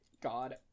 God